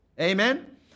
Amen